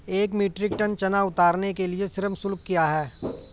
एक metric tonne चना उतारने के लिए श्रम शुल्क क्या है?